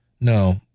No